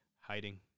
Hiding